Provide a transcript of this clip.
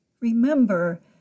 Remember